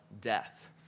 death